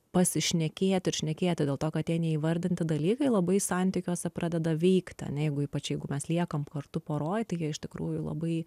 pasišnekėti ir šnekėti dėl to kad tie neįvardinti dalykai labai santykiuose pradeda veikti ane jeigu ypač jeigu mes liekam kartu poroj tai jie iš tikrųjų labai